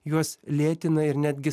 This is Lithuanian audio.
juos lėtina ir netgi